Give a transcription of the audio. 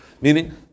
Meaning